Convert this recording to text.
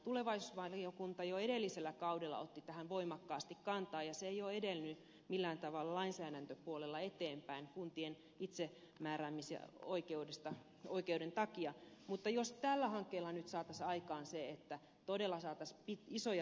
tulevaisuusvaliokunta jo edellisellä kaudella otti tähän voimakkaasti kantaa ja se ei ole edennyt millään tavalla lainsäädäntöpuolella eteenpäin kuntien itsemääräämisoikeuden takia mutta jospa tällä hankkeella nyt saataisiin todella isoja säästöjä aikaan